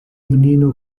menino